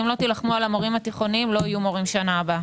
אם לא תילחמו על המורים התיכוניים לא יהיו מורים שנה הבאה.